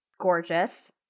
Gorgeous